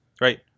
right